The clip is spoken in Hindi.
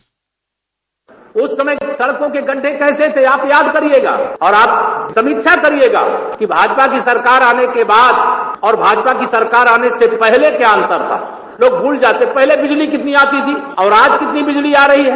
बाइट उस समय सड़कों के गढ्ढे कैसे थे आप याद करिये और आप समीक्षा करियेगा कि भाजपा की सरकार आने के बाद और भाजपा की सरकार आने से पहले क्या अन्तर था लोग भूल जाते है पहले बिजली कितनी आती थी और आज कितनी बिजली आ रही है